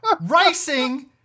Racing